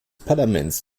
parlaments